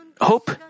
hope